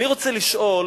אני רוצה לשאול